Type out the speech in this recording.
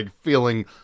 feeling